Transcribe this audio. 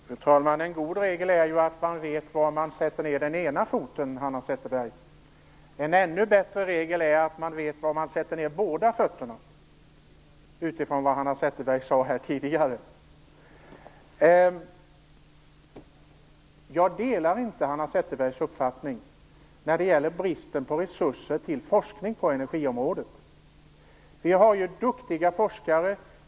Fru talman! En god regel är att man vet var man sätter ned den ena foten, Hanna Zetterberg. En ännu bättre regel är att man vet var man sätter ned båda fötterna - detta sagt utifrån vad Hanna Zetterberg sade här tidigare. Jag delar inte Hanna Zetterbergs uppfattning när det gäller bristen på resurser till forskning på energiområdet. Vi har duktiga forskare.